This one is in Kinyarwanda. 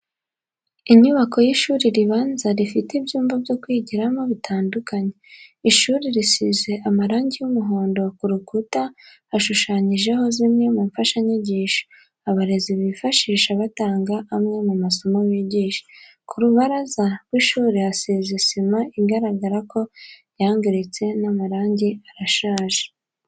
Inyubako y'ishuri ribanza rifite ibyumba byo kwigiramo bitandukanye, ishuri risize amarangi y'umuhondo, ku rukuta hashushanyijeho zimwe mu mfashanyigisho abarezi bifashisha batanga amwe mu masomo bigisha. Ku rubaraza rw'ishuri hasize sima igaragara ko yangiritse n'amarangi arashaje.